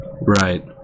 Right